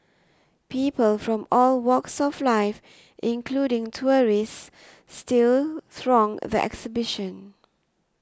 people from all walks of life including tourists still throng the exhibition